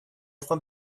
train